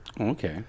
Okay